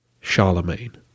Charlemagne